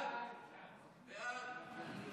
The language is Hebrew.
ההצעה